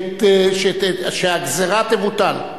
שהגזירה תבוטל,